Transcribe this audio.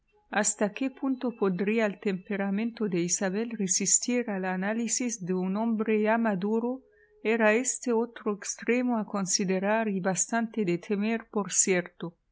hasta qué punto podría el temperamento de isabel resistir el análisis de un hombre ya maduro era éste otro extremo a considerar y bastante de temer por cierto